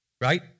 right